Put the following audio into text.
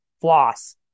floss